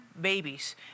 babies